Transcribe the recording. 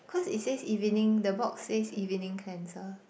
cause it says evening the box says evening cleanser